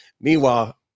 Meanwhile